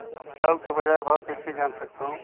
टाऊ के बजार भाव कइसे जान सकथव?